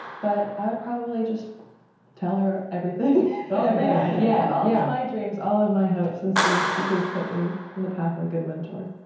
but i would probably just tell her everything yeah all of yeah my dreams, all of my hopes and see if she could put me in the path of a good mentor.